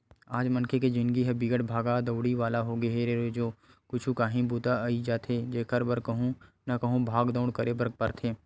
आज मनखे के जिनगी ह बिकट भागा दउड़ी वाला होगे हे रोजे कुछु काही बूता अई जाथे जेखर बर कहूँ न कहूँ भाग दउड़ करे बर परथे